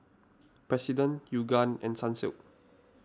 President Yoogane and Sunsilk